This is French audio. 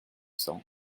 cent